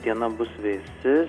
diena bus vėsi